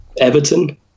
Everton